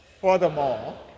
Furthermore